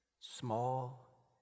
small